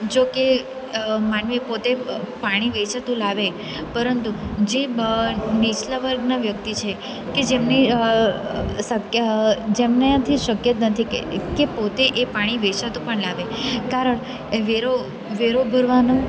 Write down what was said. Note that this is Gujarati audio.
જો કે માનવી પોતે પાણી વેચાતું લાવે પરંતુ જે નીચલા વર્ગના વ્યક્તિ છે કે જેમને શક્ય જેમનેથી શક્ય જ નથી કે પોતે એ પાણી વેચાતું પણ લાવે કારણ વેરો વેરો ભરવાનું